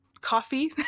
coffee